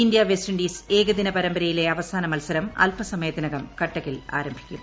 India West Indies ഏകദിന പരമ്പരയിലെ അവസാന മത്സരം അല്പസമയത്തിനകം കട്ടക്കിൽ ആരംഭിക്കും